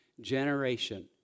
generation